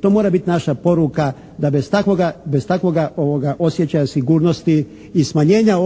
to mora biti naša poruka da bez takvoga osjećaja sigurnosti i smanjenja